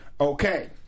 Okay